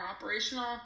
operational